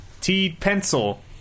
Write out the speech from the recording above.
T-pencil